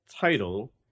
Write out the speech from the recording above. title